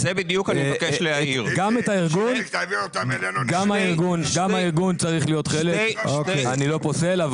גם הארגון צריך להיות חלק ואני לא פוסל.